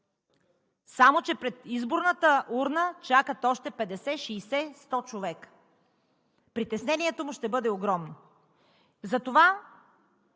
Само че пред изборната урна чакат още 50, 60, 100 човека. Притеснението му ще бъде огромно. Няма